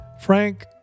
Frank